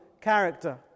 character